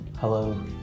Hello